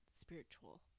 spiritual